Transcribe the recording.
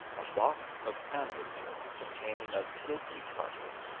a box of sandal wood contain ing a silken carpet.